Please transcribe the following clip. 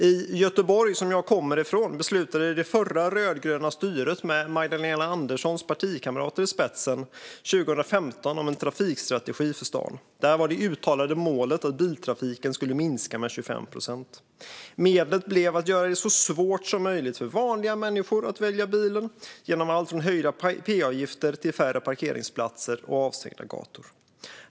I Göteborg, som jag kommer ifrån, beslutade det förra rödgröna styret med Magdalena Anderssons partikamrater i spetsen 2015 om en trafikstrategi för staden. Där var det uttalade målet att biltrafiken skulle minska med 25 procent. Medlet blev att göra det så svårt som möjligt för vanliga människor att välja bilen genom allt från höjda p-avgifter till färre parkeringsplatser och avstängda gator.